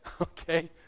okay